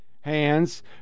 hands